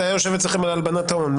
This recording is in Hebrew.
זה היה יושב אצלכם על הלבנת הון,